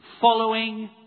following